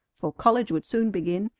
for college would soon begin,